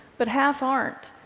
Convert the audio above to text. but half aren't,